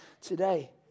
today